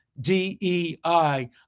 DEI